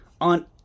on